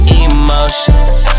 emotions